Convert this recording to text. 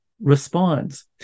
responds